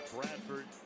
Bradford